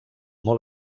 molt